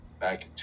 back